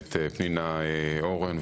פנינה אורן,